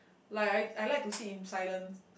like I I like to see in silent